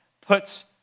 puts